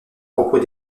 propos